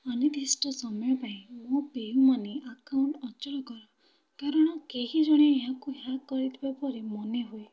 ଅନିର୍ଦ୍ଦିଷ୍ଟ ସମୟ ପାଇଁ ମୋ ପେୟୁ ମନି ଆକାଉଣ୍ଟ ଅଚଳ କର କାରଣ କେହି ଜଣେ ଏହାକୁ ହ୍ୟାକ କରିଥିବା ପରି ମନେହୁଏ